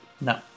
No